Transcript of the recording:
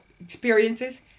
experiences